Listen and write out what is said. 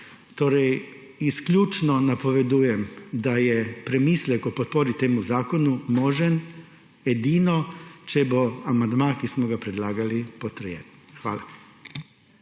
otroci. Izključno napovedujem, da je premislek o podpori temu zakonu možen edino, če bo amandma, ki smo ga predlagali, potrjen. Hvala.